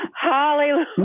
Hallelujah